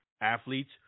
athletes